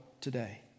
today